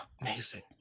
Amazing